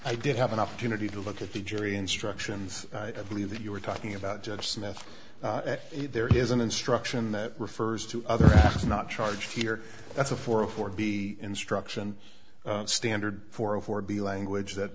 i did have an opportunity to look at the jury instructions i believe that you were talking about judge smith there is an instruction that refers to others not charged here as a for a for b instruction standard for afford the language that